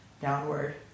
downward